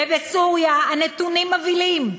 ובסוריה הנתונים מבהילים: